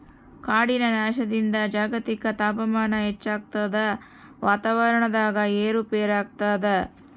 ಕಾಡಿನ ನಾಶದಿಂದ ಜಾಗತಿಕ ತಾಪಮಾನ ಹೆಚ್ಚಾಗ್ತದ ವಾತಾವರಣದಾಗ ಏರು ಪೇರಾಗ್ತದ